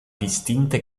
distinte